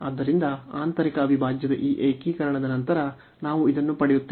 ಆದ್ದರಿಂದ ಆಂತರಿಕ ಅವಿಭಾಜ್ಯದ ಈ ಏಕೀಕರಣದ ನಂತರ ನಾವು ಇದನ್ನು ಪಡೆಯುತ್ತೇವೆ